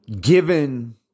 Given